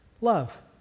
love